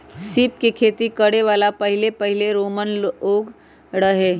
सीप के खेती करे वाला सबसे पहिले रोमन लोग रहे